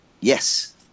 Yes